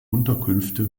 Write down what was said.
unterkünfte